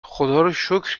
خداروشکر